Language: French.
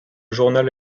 journal